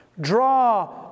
draw